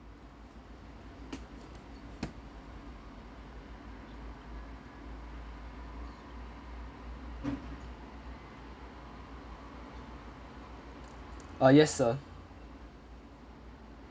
ah yes sir